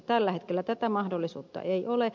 tällä hetkellä tätä mahdollisuutta ei ole